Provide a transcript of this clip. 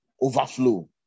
overflow